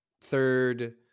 third